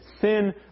Sin